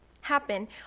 happen